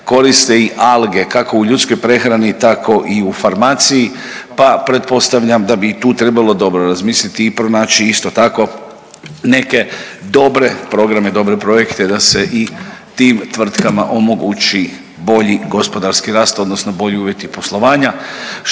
koriste i alge kako u ljudskoj prehrani tako i farmaciji, pa pretpostavljam da bi i tu trebalo dobro razmisliti i pronaći isto tako neke dobre programe, dobre projekte da se i tim tvrtkama omogući bolji gospodarski rast odnosno bolji uvjeti poslovanja.